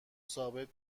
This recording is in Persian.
ثابت